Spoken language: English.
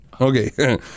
Okay